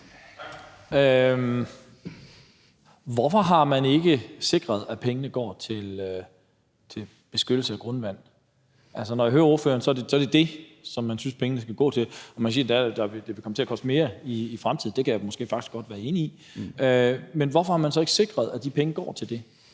Boje Mathiesen (NB): Hvorfor har man ikke sikret, at pengene går til beskyttelse af grundvand? Når jeg hører ordføreren, er det det, som man synes pengene skal gå til. Det vil komme til at koste mere i fremtiden; det kan jeg måske faktisk godt være enig i. Men hvorfor har man så ikke sikret, at de penge går til det,